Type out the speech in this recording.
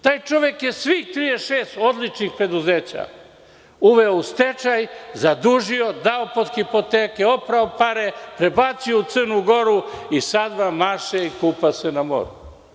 Taj čovek je svih 36 odličnih preduzeća uveo u stečaj, zadužio, dao pod hipoteke, oprao pare, prebacio u Crnu Goru i sad vam maše i kupa se na moru.